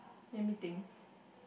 let me think